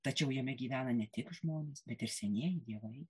tačiau jame gyvena ne tik žmonės bet ir senieji dievai